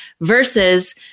versus